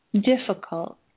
difficult